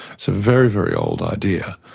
so very, very old idea.